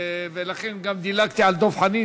ולכן גם דילגתי על דב חנין,